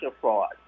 fraud